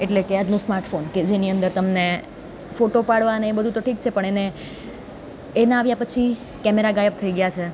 એટલે કે આજનો સ્માર્ટફોન કે જેની અંદર તમને ફોટો પાડવા અને એ બધું તો ઠીક છે પણ એને એના આવ્યા પછી કેમેરા ગાયબ થઈ ગયા છે